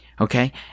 Okay